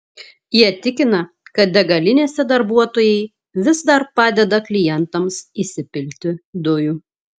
jie tikina kad degalinėse darbuotojai vis dar padeda klientams įsipilti dujų